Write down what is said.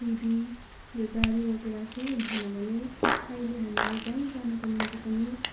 TV यो गाडी वगेरा केही हुँदैन थियो भने अहिले हामीलाई जहीँ जानुको निम्ति पनि